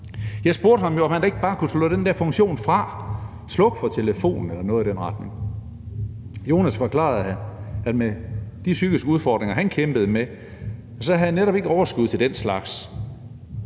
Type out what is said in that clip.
Jeg spurgte ham, om han ikke bare kunne slå den der funktion fra, slukke for telefonen eller noget i den retning. Jonas forklarede, at med de psykiske udfordringer, han kæmpede med, havde han netop ikke overskud til den slags.